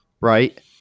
right